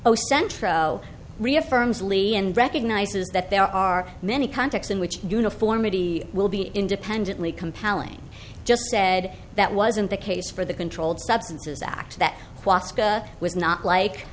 oh centro reaffirms lee and recognizes that there are many contexts in which uniformity will be independently compelling just said that wasn't the case for the controlled substances act that was not like